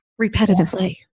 Repetitively